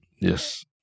Yes